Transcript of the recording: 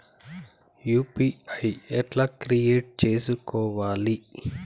UPI ఎట్లా create చేసుకోవాలి?